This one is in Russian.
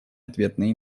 ответные